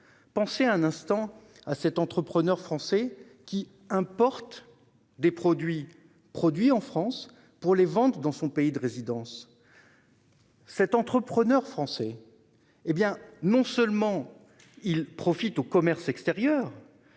Pensez un instant à cet entrepreneur français qui importe des produits fabriqués en France pour les vendre dans son pays de résidence. Non seulement il profite au commerce extérieur,